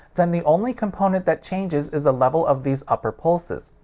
then the only component that changes is the level of these upper pulses.